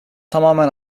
tamamen